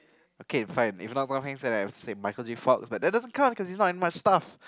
okay fine if not Tom-Hanks then I'll say Michael-Jake-Fox but that doesn't count cause he's not in much stuff